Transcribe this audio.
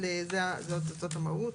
אבל זאת המהות.